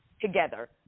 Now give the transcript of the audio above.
together